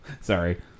Sorry